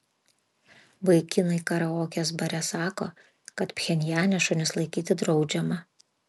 vaikinai karaokės bare sako kad pchenjane šunis laikyti draudžiama